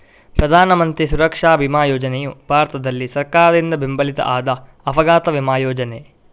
ಪ್ರಧಾನ ಮಂತ್ರಿ ಸುರಕ್ಷಾ ಬಿಮಾ ಯೋಜನೆಯು ಭಾರತದಲ್ಲಿ ಸರ್ಕಾರದಿಂದ ಬೆಂಬಲಿತ ಆದ ಅಪಘಾತ ವಿಮಾ ಯೋಜನೆ